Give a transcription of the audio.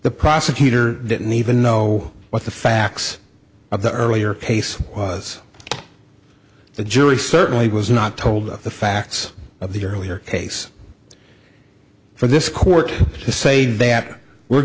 the prosecutor didn't even know what the facts of the earlier case was the jury certainly was not told the facts of the earlier case for this court to say that we're